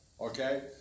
Okay